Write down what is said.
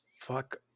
fuck